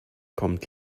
kommt